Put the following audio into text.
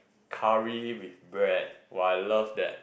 curry with bread !wah! I love that